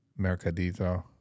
Mercadito